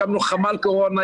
הקמנו חמ"ל קורונה,